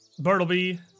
Bertleby